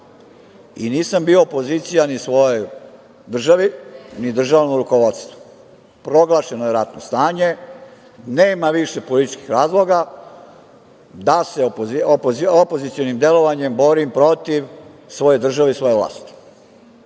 i nisam bio opozicija ni svojoj državi, ni državnom rukovodstvu. Proglašeno je ratno stanje, nema više političkih razloga da se opozicionim delovanjem borim protiv svoje države i svoje vlasti.